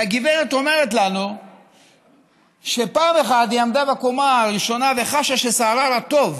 והגברת אומרת לנו שפעם אחת היא עמדה בקומה הראשונה וחשה ששערה רטוב,